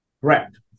Correct